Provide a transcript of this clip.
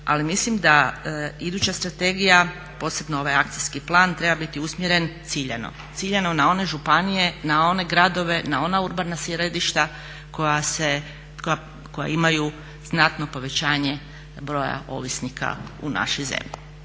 Ali mislim da iduća strategija, posebno ovaj akcijski plan, treba biti usmjeren ciljano. Ciljano na one županije, na one gradove, na ona urbana središta koja imaju znatno povećanje broja ovisnika u našoj zemlji.